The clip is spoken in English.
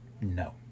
No